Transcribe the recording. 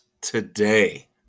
today